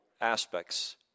aspects